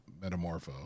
Metamorpho